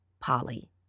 Polly